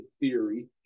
theory